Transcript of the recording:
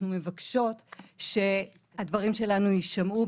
אנחנו מבקשות שהדברים שלנו יישמעו,